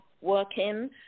working